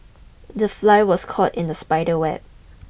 the fly was caught in the spider web